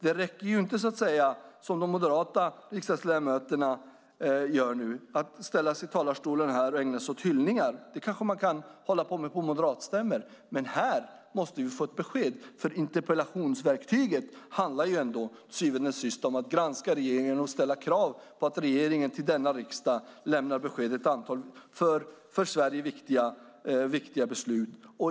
Det räcker inte att, som de moderata riksdagsledamöterna gör nu, ställa sig i talarstolen och ägna sig åt hyllningar. Det kanske man kan hålla på med på moderatstämmor, men här måste vi få ett besked. Interpellationsverktyget handlar ändå till syvende och sist om att granska regeringen och ställa krav på att regeringen till denna riksdag lämnar besked om ett antal för Sverige viktiga beslut.